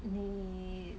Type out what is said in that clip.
你